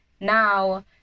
Now